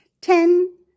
Ten